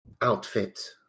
outfit